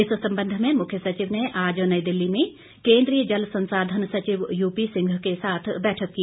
इस संबंध में मुख्य सचिव ने आज नई दिल्ली में केंद्रीय जल संसाधन सचिव यू पी सिंह के साथ बैठक की